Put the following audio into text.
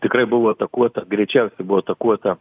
tikrai buvo atakuota greičiausiai buvo atakuota